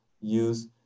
use